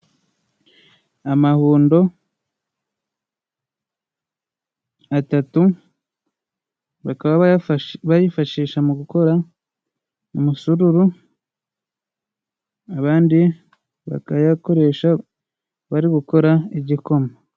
Amahundo atatu, bakaba bayifashisha mu gukora umusururu, abandi bakayakoresha bari gukora igikoma.